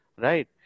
right